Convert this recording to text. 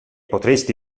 potresti